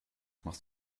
machst